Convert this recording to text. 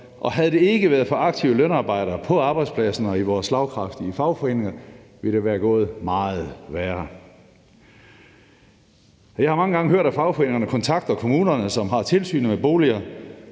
og havde det ikke været for aktive lønarbejdere på arbejdspladsen og i vores slagkraftige fagforeninger, ville det være gået meget værre. Jeg har mange gange hørt, at fagforeningerne kontakter kommunerne, som har tilsynet med boliger,